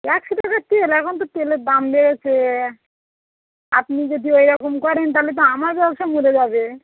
একশো টাকার তেল এখন তো তেলের দাম বেড়েছে আপনি যদি এই রকম করেন তাহলে তো আমার ব্যবসা মরে যাবে